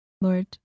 Lord